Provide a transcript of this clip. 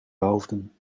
hoofden